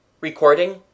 Recording